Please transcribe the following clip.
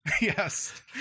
Yes